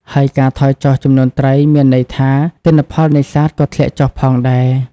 ហើយការថយចុះចំនួនត្រីមានន័យថាទិន្នផលនេសាទក៏ធ្លាក់ចុះផងដែរ។